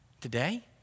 Today